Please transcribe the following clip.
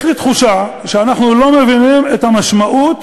יש לי תחושה שאנחנו לא מבינים את המשמעות